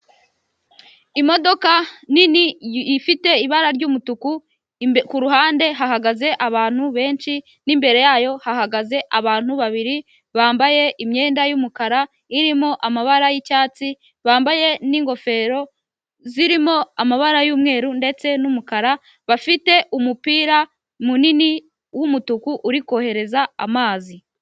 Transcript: Imodoka nini ifite ibara ry'umutuku, imbe ku ruhande hahagaze abantu benshi n'imbere yayo hahagaze abantu babiri bambaye imyenda y'umukara irimo amabara y'icyatsi, bambaye n'ingofero zirimo amabara y'umweru ndetse n'umukara, bafite umupira munini w'umutuku uri kohereza amazi.